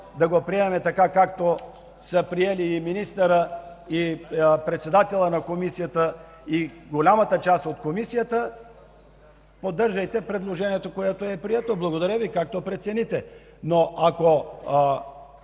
да го приемем, така както са го приели министърът, председателят на Комисията и голямата част от Комисията, поддържайте предложението, което е прието. Както прецените. Но ако